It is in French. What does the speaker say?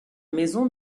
maison